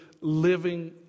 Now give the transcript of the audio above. living